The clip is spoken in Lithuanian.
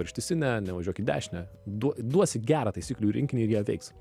per ištisinę nevažiuok į dešinę duo duosi gerą taisyklių rinkinį ir jie veiks